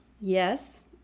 Yes